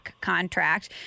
contract